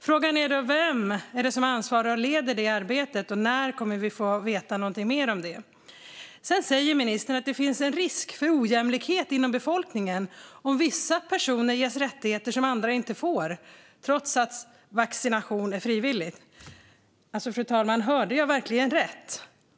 Frågan är då: Vem ansvarar för och leder detta arbete, och när kommer vi att få veta något mer om det? Ministern säger också att det finns risk för ojämlikhet inom befolkningen om vissa personer ges rättigheter som andra inte får, trots att vaccination är frivillig. Fru talman! Hörde jag verkligen rätt?